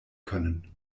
können